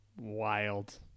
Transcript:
Wild